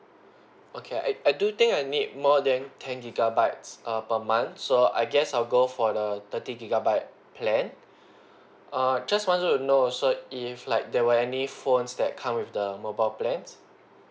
okay I I do think I need more than ten gigabytes err per month so I guess I'll go for the thirty gigabyte plan err just wanted to know so if like there were any phones that come with the mobile plans